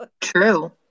True